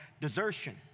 desertion